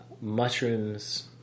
mushrooms